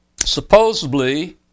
supposedly